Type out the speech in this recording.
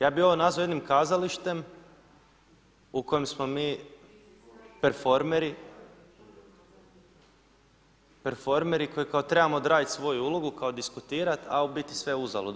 Ja bi ovo nazvao jednim kazalištem u kojem smo mi performeri, performeri koji kao trebamo odradit svoju ulogu, kao diskutirat, a u biti sve uzalud.